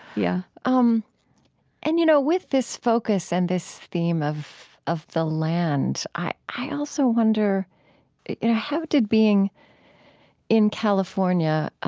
yeah um and you know with this focus and this theme of of the land, i i also wonder how did being in california,